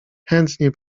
chętnie